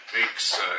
makes